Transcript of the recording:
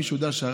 מי שיודע,